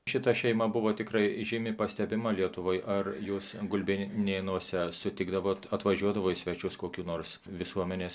šita šeima buvo tikrai žymi pastebima lietuvoje ar jūs gulbinėnuose sutikdavot atvažiuodavo į svečius kokių nors visuomenės